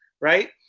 right